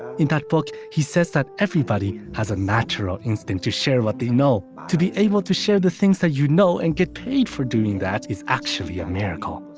in that book, he says that everybody has a natural instinct to share what they know. to be able to share the things that you know and get paid for doing that is actually a miracle.